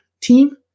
team